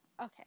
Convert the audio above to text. Okay